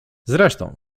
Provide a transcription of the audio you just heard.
zresztą